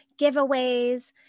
giveaways